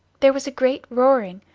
there was a great roaring,